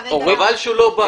חבל שהוא לא בא.